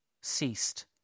ceased